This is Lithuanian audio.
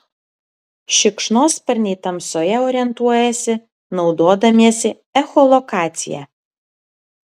šikšnosparniai tamsoje orientuojasi naudodamiesi echolokacija